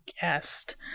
guest